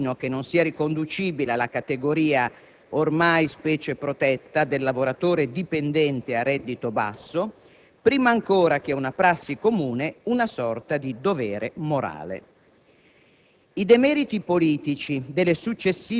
che fa della spremitura del comune cittadino - che non sia riconducibile alla categoria, ormai specie protetta, del lavoratore dipendente a reddito basso - prima ancora che un prassi comune, una sorta di dovere morale.